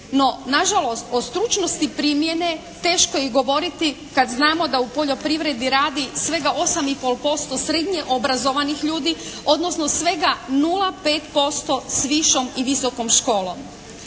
No nažalost o stručnosti primjene teško je i govoriti kad znamo da u poljoprivredi radi svega 8 i pol posto srednje obrazovanih ljudi odnosno svega 0,5% s višom i visokom školom.